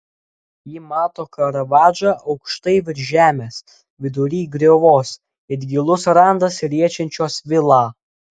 ji mato karavadžą aukštai virš žemės vidury griovos it gilus randas riečiančios vilą